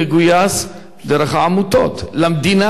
למדינה אין המשאב הזה.